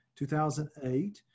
2008